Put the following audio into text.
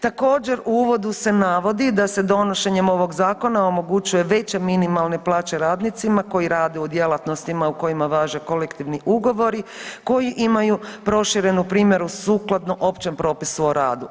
Također, u uvodu se navodi da se donošenjem ovog Zakona omogućuje veća minimalna plaće radnicima koji rade u djelatnostima u kojima važe kolektivni ugovori koji imaju proširenu primjenu sukladno općem propisu o radu.